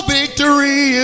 victory